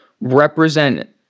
represent